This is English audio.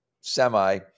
semi